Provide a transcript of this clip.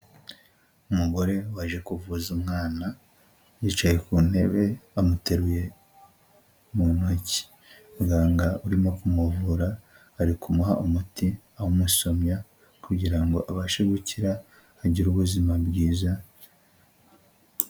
Umugore waqje kuvuza umwana, yicaye ku ntebe bamuteruye mu ntoki, muganga urimo kumuvura ari kumuha umuti, awumusomya, kugira ngo abashe gukira agire ubuzima bwiza.